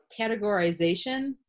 categorization